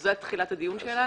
וזה עד תחילת הדיון שלנו,